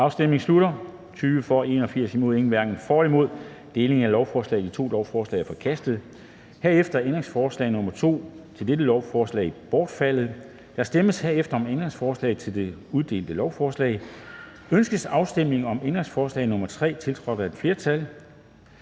hverken for eller imod stemte 0. Delingen af lovforslaget i to er forkastet. Herefter er ændringsforslag nr. 2 til dette lovforslag bortfaldet. Der stemmes herefter om ændringsforslag til det udelte lovforslag: Ønskes afstemning om ændringsforslag nr. 3, tiltrådt af et flertal